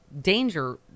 danger